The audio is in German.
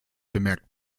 bemerkt